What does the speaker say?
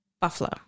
Buffalo